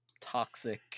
toxic